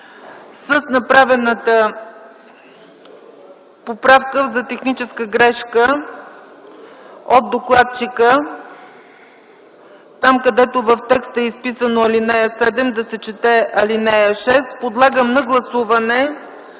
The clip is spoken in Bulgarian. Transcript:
С направената поправка за техническа грешка от докладчика – там, където в текста е изписано „ал. 7”, да се чете „ал. 6” - подлагам на гласуване